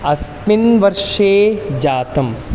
अस्मिन् वर्षे जातम्